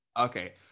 okay